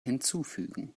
hinzufügen